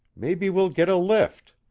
maybe we'll git a lift.